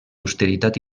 austeritat